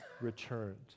returned